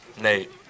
Nate